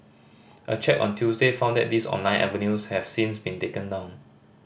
a check on Tuesday found that these online avenues have since been taken down